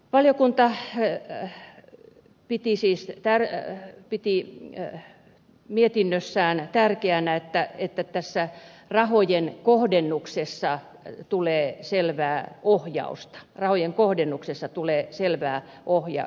valiokunta piti siis mietinnössään tärkeänä että tässä rahojen kohdennuksessa tulee selvää ohjausta rahojen kohdennuksessa tulee selvää ohi ja